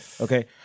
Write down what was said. okay